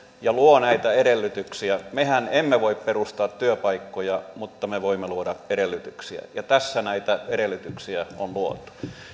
ja luo näitä edellytyksiä mehän emme voi perustaa työpaikkoja mutta me voimme luoda edellytyksiä ja tässä näitä edellytyksiä on luotu